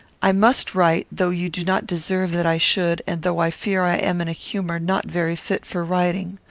i must write, though you do not deserve that i should, and though i fear i am in a humour not very fit for writing.